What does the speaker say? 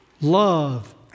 love